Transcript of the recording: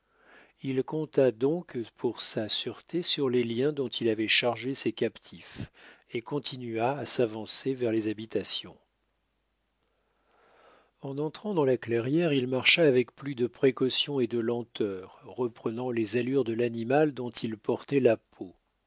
il compta donc pour sa sûreté sur les liens dont il avait chargé ses captifs et continua à s'avancer vers les habitations en entrant dans la clairière il marcha avec plus de précaution et de lenteur reprenant les allures de l'animal dont il portait la peau